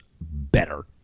better